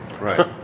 Right